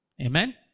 Amen